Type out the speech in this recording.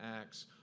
Acts